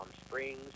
Springs